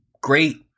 great